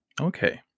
Okay